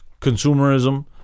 consumerism